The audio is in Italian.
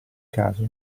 caso